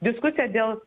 diskusija dėl